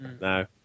No